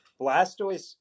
Blastoise